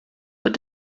but